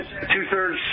two-thirds